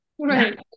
Right